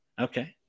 Okay